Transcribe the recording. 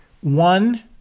one